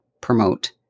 promote